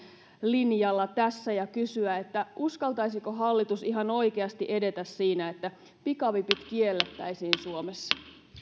linjalla tässä ja kysyä uskaltaisiko hallitus ihan oikeasti edetä siinä että pikavipit kiellettäisiin suomessa